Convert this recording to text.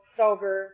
sober